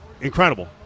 incredible